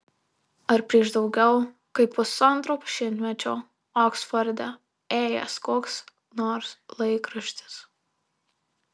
ar prieš daugiau kaip pusantro šimtmečio oksforde ėjęs koks nors laikraštis